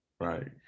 right